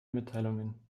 mitteilungen